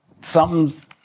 something's